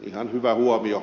ihan hyvä huomio